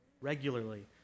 Regularly